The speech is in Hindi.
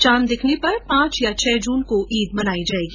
चांद दिखने पर पांच या छह जून को ईद मनाई जायेगी